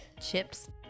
Chips